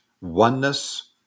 oneness